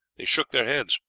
they shook their heads,